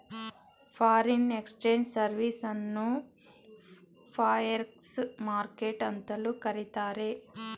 foreign exchange service ಅನ್ನು forex market ಅಂತಲೂ ಕರಿತಾರೆ